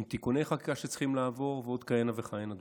עם תיקוני חקיקה שצריכים לעבור ועוד כהנה וכהנה דברים.